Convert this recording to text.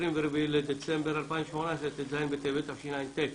24 בדצמבר 2018, ט"ז בטבת תשע"ט.